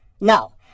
No